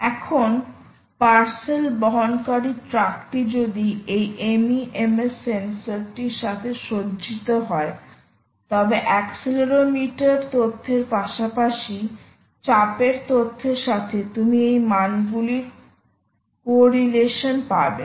এখন পার্সেল বহনকারী ট্রাকটি যদি এই MEMS সেন্সরটির সাথে সজ্জিত হয় তবে অ্যাক্সিলোমিটার তথ্যের পাশাপাশি চাপের তথ্যের সাথে তুমি এই মানগুলির কোরিলেশন পাবে